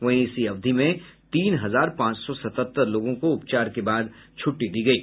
वहीं इसी अवधि में तीन हजार पांच सौ सतहत्तर लोगों को उपचार के बाद छुट्टी दी गयी